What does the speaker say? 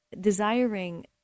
desiring